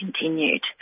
continued